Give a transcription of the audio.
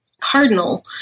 Cardinal